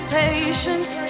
patience